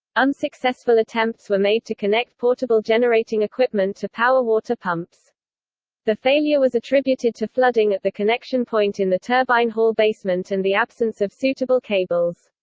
unsuccessful attempts were made to connect portable generating equipment to power water pumps the failure was attributed to flooding at the connection point in the turbine hall basement and the absence of suitable cables.